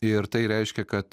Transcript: ir tai reiškia kad